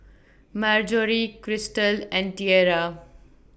Marjory Cristal and Tiera